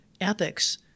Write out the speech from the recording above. ethics